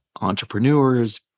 entrepreneurs